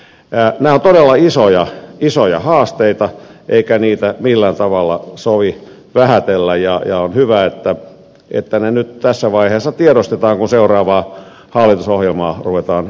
nämä ovat todella isoja haasteita eikä niitä millään tavalla sovi vähätellä ja on hyvä että ne nyt tässä vaiheessa tiedostetaan kun seuraavaa hallitusohjelmaa ruvetaan rakentamaan